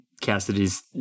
Cassidy's